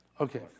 Okay